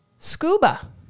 scuba